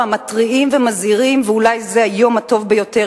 שמתריעים ומזהירים שאולי זה היום הטוב ביותר,